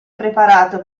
preparato